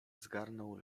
zgarnął